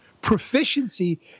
proficiency